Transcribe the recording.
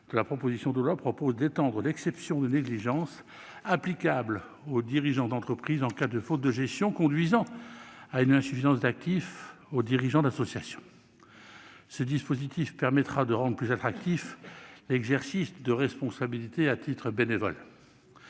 la proposition de loi, en étendant l'exception de négligence applicable aux dirigeants d'entreprise en cas de faute de gestion conduisant à une insuffisance d'actifs aux dirigeants d'association, permettra de rendre plus attractif l'exercice de responsabilités à titre bénévole.